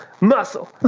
muscle